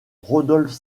rodolphe